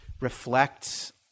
reflects